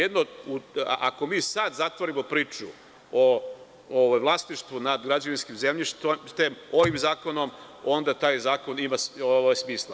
Jedino ako mi sada zatvorimo priču o vlasništvu nad građevinskim zemljištem ovim zakonom, onda taj zakon ima smisla.